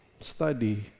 study